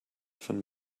von